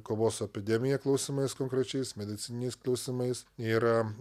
kovos su epidemija klausimais konkrečiais medicininiais klausimais yra